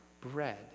bread